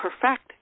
perfect